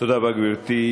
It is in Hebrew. תודה רבה, גברתי.